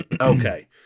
Okay